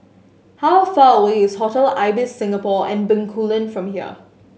how far away is Hotel Ibis Singapore On Bencoolen from here